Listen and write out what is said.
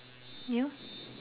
you